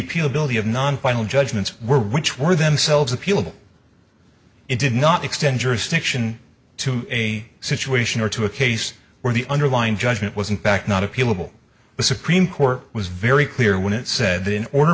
appeal ability of non final judgments were which were themselves appealable it did not extend jurisdiction to a situation or to a case where the underlying judgment was in fact not appealable the supreme court was very clear when it said that in order